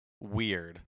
weird